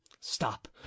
stop